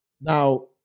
Now